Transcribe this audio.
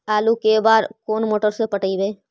आलू के बार और कोन मोटर से पटइबै?